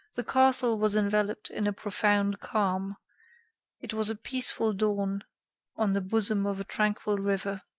the castle was enveloped in a profound calm it was a peaceful dawn on the bosom of a tranquil river.